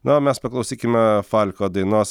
na o mes paklausykime falko dainos